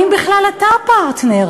האם בכלל אתה פרטנר.